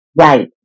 Right